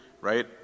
right